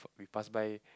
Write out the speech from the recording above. we pass by